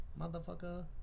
Motherfucker